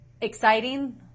exciting